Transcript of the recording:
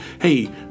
hey